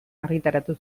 argitaratu